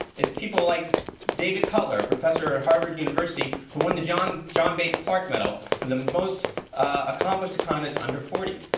it's people like david cutler, a professor at harvard university, who won the john john base clark medal for the most accomplished economist under forty.